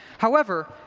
however,